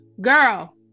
girl